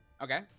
Okay